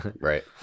Right